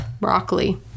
broccoli